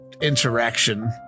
interaction